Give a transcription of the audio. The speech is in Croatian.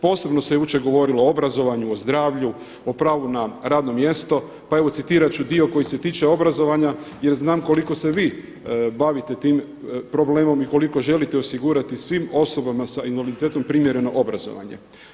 Posebno se jučer govorilo o obrazovanju, o zdravlju, o pravu na radno mjesto, pa evo citirat ću dio koji se tiče obrazovanja jer znam koliko se vi bavite tim problemom i koliko želite osigurati svim osobama s invaliditetom primjereno obrazovanje.